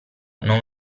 non